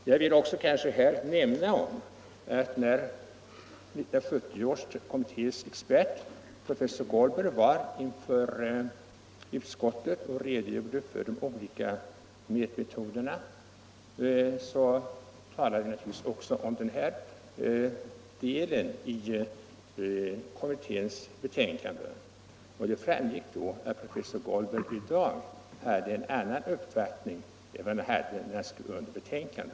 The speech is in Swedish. Jag vill nämna att när trafiknykterhetskommitténs expert professor Goldberg inför utskottet i år redogjorde för de olika mätmetoderna berörde han också den här delen av kommitténs betänkande. Det framgick då att professor Goldberg i dag har en annan uppfattning än han hade då han skrev under kommitténs betänkande.